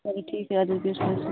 چلوٹھیٖکھ چھُ اَدٕ حظ بِہِو